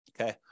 Okay